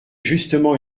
justement